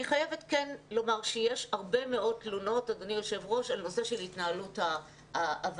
אני חייבת כן לומר שיש הרבה מאוד תלונות על נושא של התנהלות הוועדה.